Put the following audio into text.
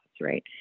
right